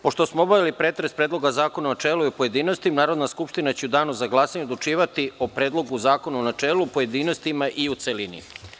Pošto smo obavili pretres Predloga zakona u načelu i u pojedinostima, Narodna skupština će u danu za glasanje odlučivati o Predlogu zakona u načelu, pojedinostima i u celini.